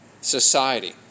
society